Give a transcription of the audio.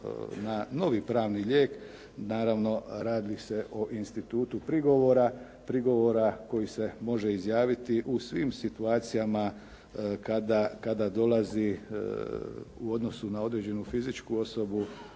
na novi pravni lijek naravno radi se o institutu prigovora, prigovora koji se može izjaviti u svim situacijama kada dolazi u odnosu na određenu fizičku osobu,